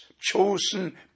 chosen